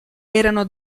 erano